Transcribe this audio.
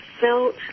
felt